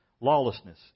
lawlessness